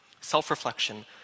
Self-reflection